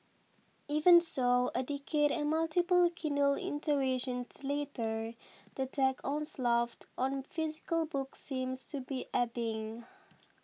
even so a decade and multiple Kindle iterations later the tech onslaught on physical books seems to be ebbing